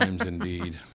indeed